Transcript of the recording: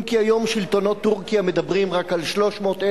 אם כי היום שלטונות טורקיה מדברים רק על 300,000,